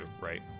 right